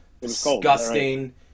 disgusting